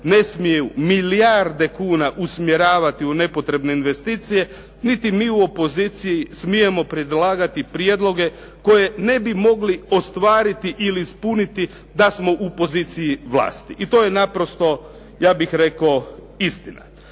ne smiju milijarde kuna usmjeravati u nepotrebne investicije niti mi u opoziciji smijemo predlagati prijedloge koje ne bi mogli ostvariti ili ispuniti da smo u poziciji vlasti. I to je naprosto ja bih rekao istina.